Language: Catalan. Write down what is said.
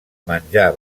menjar